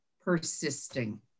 persisting